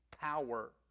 power